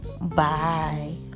Bye